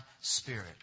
spirit